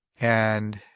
and